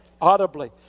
audibly